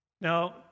Now